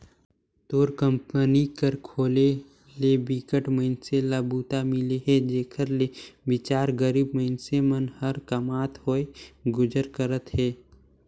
तोर कंपनी कर खोले ले बिकट मइनसे ल बूता मिले हे जेखर ले बिचार गरीब मइनसे मन ह कमावत होय गुजर करत अहे